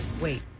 Wait